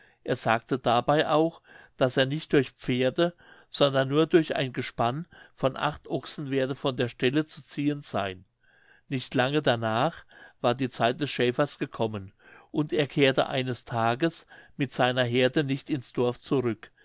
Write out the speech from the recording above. er sagte dabei auch daß er nicht durch pferde sondern nur durch ein gespann von acht ochsen werde von der stelle zu ziehen seyn nicht lange danach war die zeit des schäfers gekommen und er kehrte eines tages mit seiner heerde nicht ins dorf zurück